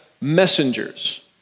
messengers